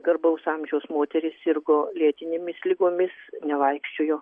garbaus amžiaus moteris sirgo lėtinėmis ligomis nevaikščiojo